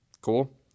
Cool